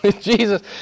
Jesus